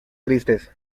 tristes